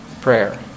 prayer